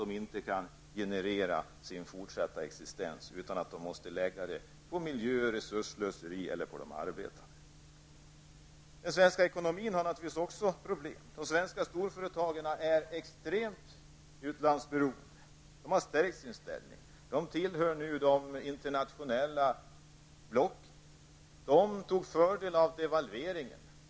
De kan inte generera sin fortsatta existens utan måste grunda tillväxten på miljöresursslöseri eller genom bördor på de arbetande. Den svenska ekonomin har naturligtvis också problem. De svenska storföretagen är extremt utlandsberoende. De har stärkt sin ställning. De tillhör nu de internationella blocken. De drog fördel av devalveringen.